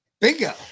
bingo